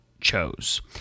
chose